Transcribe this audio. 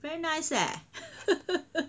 very nice leh